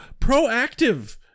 Proactive